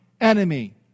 enemy